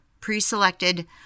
pre-selected